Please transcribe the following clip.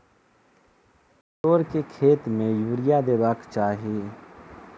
परोर केँ खेत मे यूरिया देबाक चही?